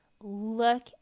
look